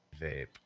vape